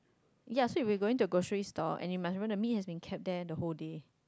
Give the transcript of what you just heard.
ya so if we going grocery store and you must want to me has been caught there the whole day